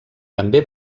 també